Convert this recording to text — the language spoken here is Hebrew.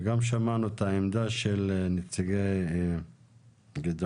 וגם שמענו את העמדה של נציגי גדעונה.